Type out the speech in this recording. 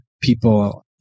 people